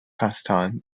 pastime